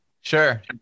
sure